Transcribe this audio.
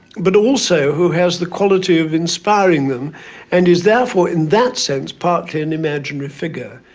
but also who has the quality of inspiring them and is, therefore, in that sense partly an imaginary figure.